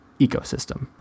ecosystem